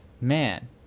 Man